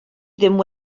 ddim